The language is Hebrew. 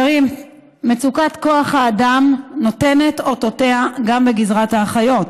מצוקת כוח האדם נותנת אותותיה גם בגזרת האחיות.